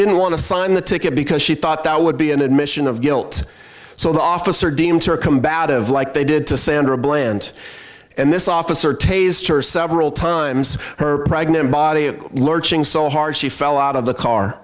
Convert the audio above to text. didn't want to sign the ticket because she thought that would be an admission of guilt so the officer deemed her combative like they did to sandra bland and this officer tase church several times her pregnant body of lurching so hard she fell out of the car